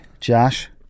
Josh